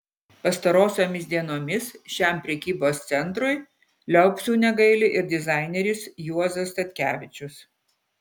pastarosiomis dienomis šiam prekybos centrui liaupsių negaili ir dizaineris juozas statkevičius